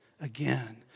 again